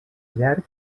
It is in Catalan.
llarg